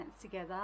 together